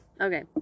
okay